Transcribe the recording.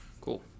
Cool